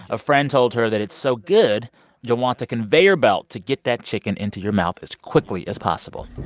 a friend told her that it's so good you'll want a conveyor belt to get that chicken into your mouth as quickly as possible.